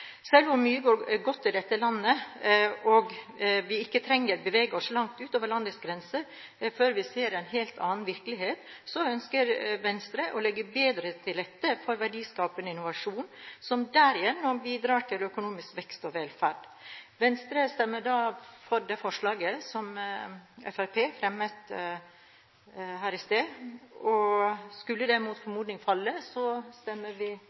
Selv om mye går godt i dette landet, og vi ikke trenger å bevege oss langt utover landets grenser før vi ser en helt annen virkelighet, ønsker Venstre å legge bedre til rette for verdiskapende innovasjon som derigjennom bidrar til økonomisk vekst og velferd. Venstre stemmer for det forslaget Fremskrittspartiet fremmet her i stad. Skulle det mot formodning falle, stemmer vi